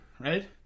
right